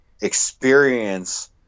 experience